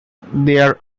there